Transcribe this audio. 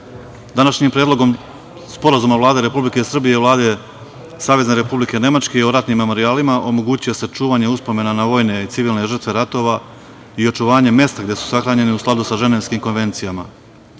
godina. Današnjim Predlogom Sporazuma Vlade Republike Srbije i Vlade Savezne Republike Nemačke o ratnim memorijalima omogućuje se čuvanje uspomena na vojne i civilne žrtve ratova i očuvanje mesta gde su sahranjeni, u skladu sa Ženevskim konvencijama. Ovim